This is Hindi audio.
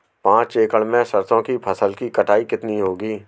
पांच एकड़ में सरसों की फसल की कटाई कितनी होगी?